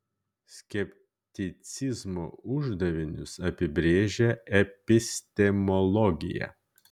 skepticizmo uždavinius apibrėžia epistemologija